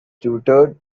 tutored